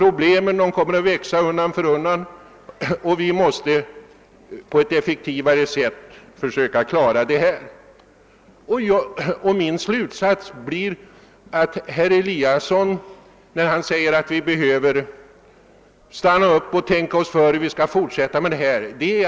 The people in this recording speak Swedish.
Problemen kommer att öka undan för undan och vi måste på ett allt effektivare sätt försöka klara dem. Min slutsats blir att herr Eliasson i Sundborn har alldeles rätt när han säger att vi behöver stanna upp och tänka oss för hur vi skall fortsätta arbetet.